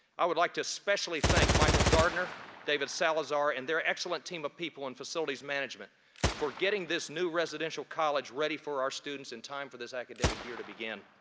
i would like to especially thank michael gardner, david salazar, and their excellent team of people and facilities management for getting this new residential college ready for our students in time for this academic year to begin.